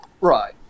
Right